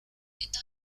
está